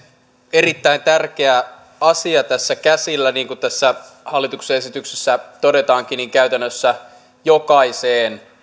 erittäin tärkeä asia on tässä käsillä niin kuin tässä hallituksen esityksessä todetaankin niin käytännössä jokaiseen